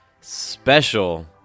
special